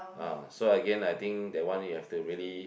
ah so again I think that one you have to really